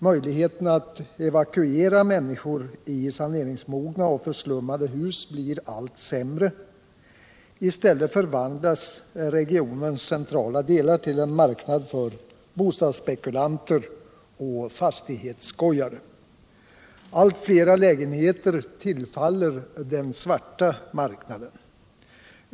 Möjligheterna att evakuera människor i saneringsmogna och förslummade hus blir allt sämre, I stället förvandlas regionens centrala delar till en marknad för bostadsspekulanter och fastighetsskojare. Alit flera lägenheter tillfaller den svarta marknaden.